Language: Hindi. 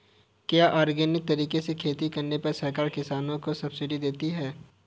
क्या ऑर्गेनिक तरीके से खेती करने पर सरकार किसानों को सब्सिडी देती है?